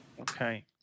Okay